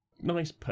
nice